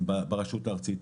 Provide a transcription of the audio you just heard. ברשות הארצית.